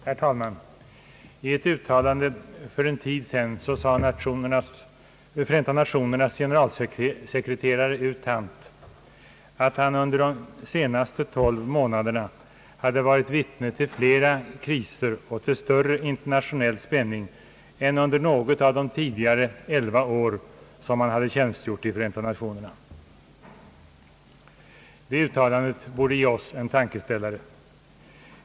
Herr talman! I ett uttalande för någon tid sedan sade Förenta Nationernas generalsekreterare U Thant att han under de senaste 12 månaderna hade varit vittne till fler kriser och till större internationell spänning än under nå Det uttalandet borde ge oss en tankeställare.